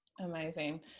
Amazing